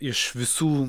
iš visų